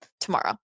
tomorrow